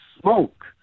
smoke